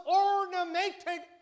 ornamented